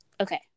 Okay